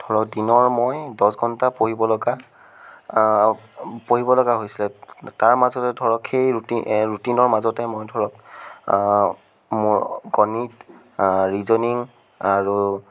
ধৰক দিনৰ মই দহ ঘণ্টা পঢ়িব লগা পঢ়িব লগা হৈছিলে তাৰ মাজতে ধৰক সেই ৰুটিন ৰুটিনৰ মাজতে মই ধৰক মোৰ গণিত ৰিজনিং আৰু